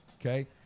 okay